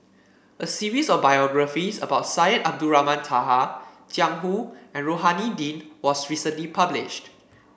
a series of biographies about Syed Abdulrahman Taha Jiang Hu and Rohani Din was recently published